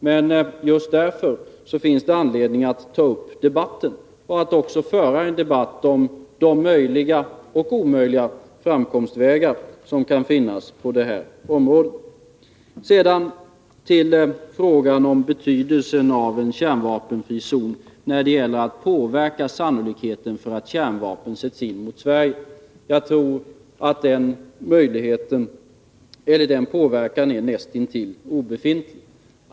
Men just därför finns det anledning att ta upp debatten och att också föra en debatt om de möjliga och omöjliga framkomstvägar som kan finnas på det här området. I fråga om betydelsen av en kärnvapenfri zon, när det gäller att påverka sannolikheten för att kärnvapen sätts in mot Sverige, så tror jag att den påverkan är nästintill obefintlig.